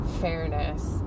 fairness